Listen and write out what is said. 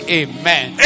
amen